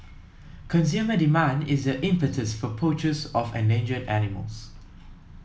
consumer demand is the impetus for poachers of endangered animals